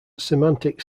semantic